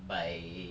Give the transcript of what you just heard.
by